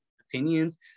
opinions